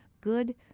good